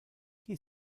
qui